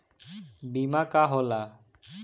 बीमा का होला?